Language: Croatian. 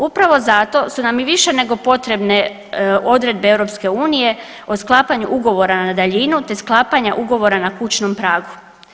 Upravo zato su nam i više nego potrebne odredbe EU o sklapanju ugovora na daljinu te sklapanja ugovor na kućnom pragu.